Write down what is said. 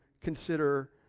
consider